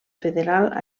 federal